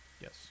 Yes